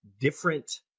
different